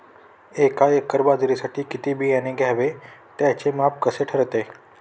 एका एकर बाजरीसाठी किती बियाणे घ्यावे? त्याचे माप कसे ठरते?